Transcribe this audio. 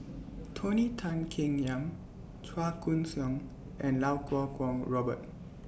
Tony Tan Keng Yam Chua Koon Siong and Iau Kuo Kwong Robert